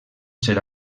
ser